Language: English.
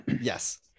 Yes